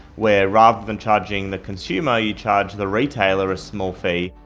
where, rather than charging the consumer, you charge the retailer a small fee.